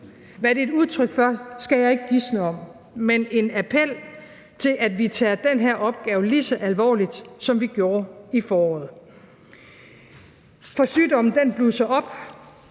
Hvad det er et udtryk for, skal jeg ikke gisne om, men en appel til, at vi tager den her opgave lige så alvorligt, som vi gjorde i foråret, for sygdommen blusser op.